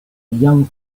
young